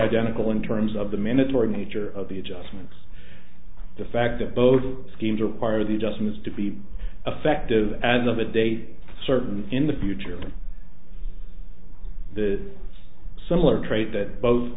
identical in terms of the mandatory nature of the adjustments the fact that both schemes require the adjustments to be effective as of a date certain in the future the similar trait that both